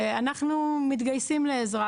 ואנחנו מתגייסים לעזרה,